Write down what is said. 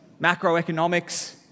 macroeconomics